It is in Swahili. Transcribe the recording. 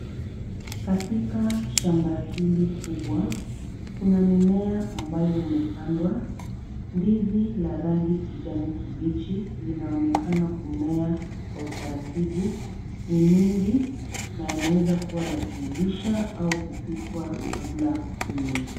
Katika shamba hili kubwa , kuna mimea ambayo umepandwa. Ndizi la rangi kijani kibichi linaonekana kumea kwa utaratibu, ni mingi na yanaweza kuwa ya kuivisha au kupikwa kabla ya ulwe.